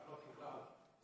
זעומה על בריאות בישראל.